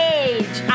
age